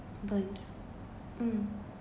don't mm